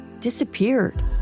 disappeared